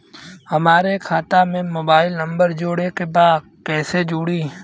हमारे खाता मे मोबाइल नम्बर जोड़े के बा कैसे जुड़ी?